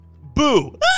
Boo